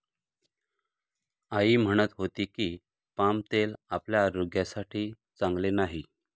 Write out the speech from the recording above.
आई म्हणत होती की, पाम तेल आपल्या आरोग्यासाठी चांगले नाही